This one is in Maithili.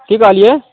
कि कहलिए